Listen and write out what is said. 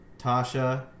Tasha